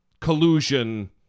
collusion